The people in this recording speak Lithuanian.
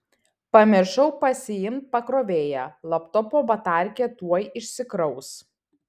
pamiršau pasiimt pakrovėją laptopo batarkė tuoj išsikraus